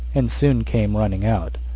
and soon came running out